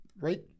Right